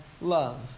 love